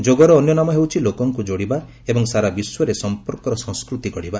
ଯୋଗର ଅନ୍ୟ ନାମ ହେଉଛି ଲୋକଙ୍କୁ ଯୋଡ଼ିବା ଏବଂ ସାରା ବିଶ୍ୱରେ ସଂପର୍କର ସଂସ୍କୃତି ଗଢ଼ିବା